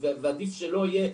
ועדיף שלא יהיה,